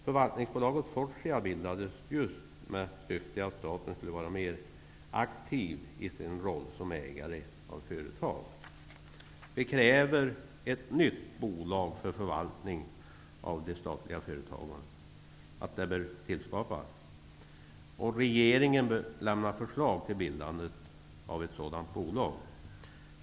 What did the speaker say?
Förvaltningsbolaget Fortia bildades just med syftet att staten skulle vara mer aktiv i sin roll som ägare av företag. Vi kräver att ett nytt bolag för förvaltning av de statliga företagen tillskapas. Regeringen bör lämna förslag till bildande av ett sådant bolag.